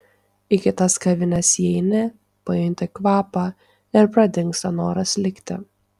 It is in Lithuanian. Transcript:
į kitas kavines įeini pajunti kvapą ir pradingsta noras likti